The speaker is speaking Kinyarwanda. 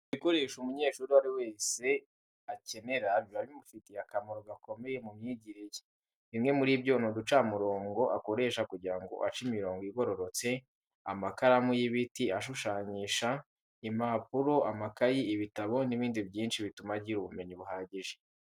Ibikoresho umunyeshuri uwo ari we wese akenera biba bimufitiye akamaro gakomeye mu myigire ye. Bimwe muri byo ni uducamurongo akoresha kugira ngo ace imirongo igororotse, amakaramu y'ibiti ashushanyisha, impapuro, amakayi, ibitabo n'ibindi byinshi bituma agira ubumenyi buhagije.